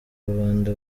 rubanda